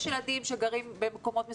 יש ילדים שגרים במקומות מסוימים.